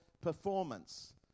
performance